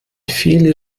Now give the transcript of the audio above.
viel